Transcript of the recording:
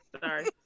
sorry